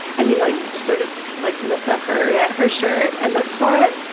and he like just sort of like lifts up her. yeah. her shirt and looks for it